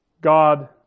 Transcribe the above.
God